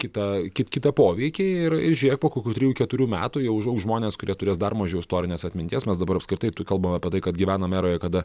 kitą ki kitą poveikį ir žiūrėk po kokių trijų keturių metų jau užaugs žmonės kurie turės dar mažiau istorinės atminties mes dabar apskritai kalbame apie tai kad gyvenam eroje kada